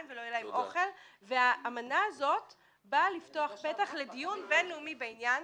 ולא יהיה להם אוכל והאמנה הזאת באה לפתוח פתח לדיון בינלאומי בעניין.